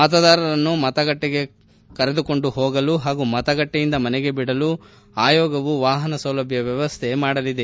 ಮತದಾರರನ್ನು ಮತಗಟ್ಟಿಗೆ ಕರೆದುಕೊಂಡು ಹೋಗಲು ಹಾಗೂ ಮತಗಟ್ಟೆಯಿಂದ ಮನೆಗೆ ಬಿಡಲು ಆಯೋಗವು ವಾಹನ ಸೌಲಭ್ಯ ವ್ಯವಸ್ಥೆ ಮಾಡಲಿದೆ